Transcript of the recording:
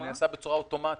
נעשה בצורה אוטומטית.